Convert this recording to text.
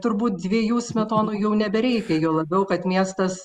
turbūt dviejų smetonų jau nebereikia juo labiau kad miestas